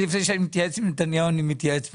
לפני שאני מתייעץ עם נתניהו אני מתייעץ פה.